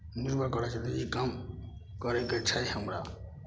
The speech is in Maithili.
निर्भर करै छै कि ई काम करयके छै हमरा